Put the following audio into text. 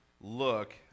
look